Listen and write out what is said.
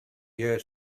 year